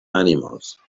animals